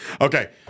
Okay